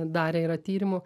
darę yra tyrimų